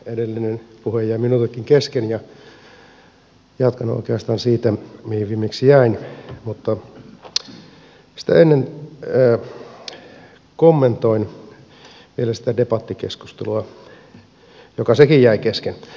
edellinen puhe jäi minultakin kesken ja jatkan oikeastaan siitä mihin viimeksi jäin mutta sitä ennen kommentoin vielä sitä debattikeskustelua joka sekin jäi kesken